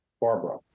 Barbara